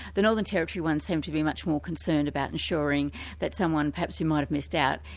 the northern territory ones seem to be much more concerned about ensuring that someone perhaps you might have missed out,